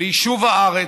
ליישוב הארץ,